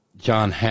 John